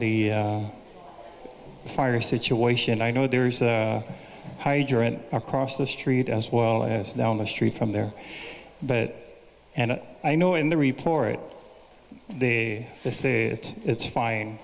the fire situation i know there is a hydrant across the street as well as down the street from there but and i know in the report they say that it's fine